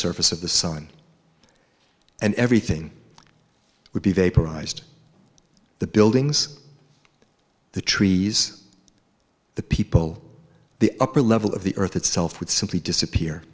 surface of the sun and everything would be vaporized the buildings the trees the people the upper level of the earth itself would simply disappear